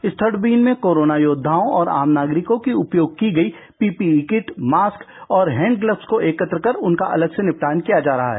इस third bin में corona योद्धाओं और आम नागरिकों की उपयोग की गई पीपीई कीट मास्क और हैंड ग्लब्स को एकत्र कर उनका अलग से निपटान किया जा रहा है